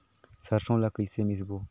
सरसो ला कइसे मिसबो?